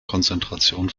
konzentration